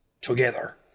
together